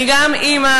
אני גם אימא,